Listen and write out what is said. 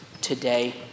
today